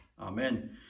amen